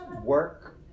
work